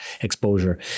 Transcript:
exposure